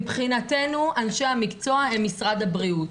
מבחינתנו אנשי המקצוע הם משרד הבריאות.